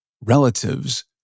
relatives